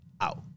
out